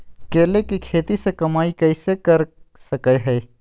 केले के खेती से कमाई कैसे कर सकय हयय?